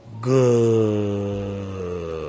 Good